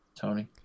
tony